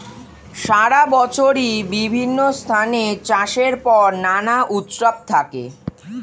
সারা বছরই বিভিন্ন স্থানে চাষের পর নানা উৎসব থাকে